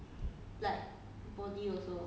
maintenance face maintenance